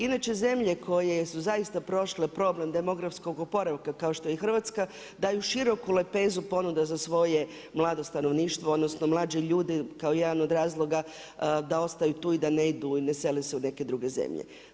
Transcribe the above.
Inače zemlje koje su zaista prošle program demografskog oporavka kao što je i Hrvatska daju široku lepezu ponuda za svoje mlado stanovništvo, odnosno mlađe ljude kao jedan od razloga da ostaju tu i da ne idu i ne sele se u neke druge zemlje.